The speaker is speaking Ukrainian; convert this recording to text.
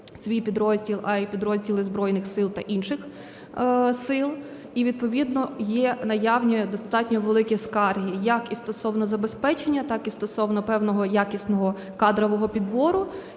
свій підрозділ, а й підрозділи Збройних Сил та інших сил. І відповідно є наявні достатньо великі скарги, як і стосовно забезпечення, так і стосовно певного якісного кадрового підбору.